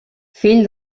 fill